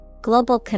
Global